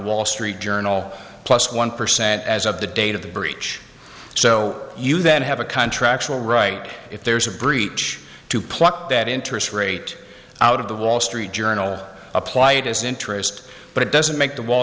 wall street journal plus one percent as of the date of the breach so you then have a contract to write if there's a breach to pluck that interest rate out of the wall street journal apply it as interest but it doesn't make the wall